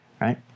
right